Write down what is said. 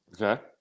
Okay